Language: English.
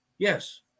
Yes